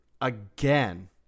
Again